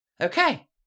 Okay